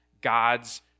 God's